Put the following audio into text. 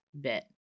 bit